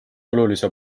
olulise